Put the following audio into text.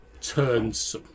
turns